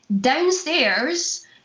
downstairs